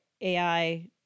AI